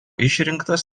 išrinktas